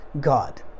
God